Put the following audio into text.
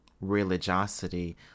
religiosity